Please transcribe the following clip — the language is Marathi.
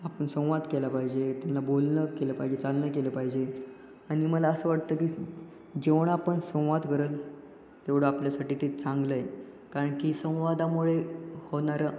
आपण संवाद केला पाहिजे त्यांना बोलणं केलं पाहिजे चालणं केलं पाहिजे आणि मला असं वाटतं की जेवढा आपण संवाद कराल तेवढं आपल्यासाठी ते चांगलं आहे कारण की संवादामुळे होणारं